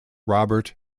robert